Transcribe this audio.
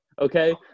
Okay